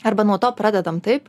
arba nuo to pradedam taip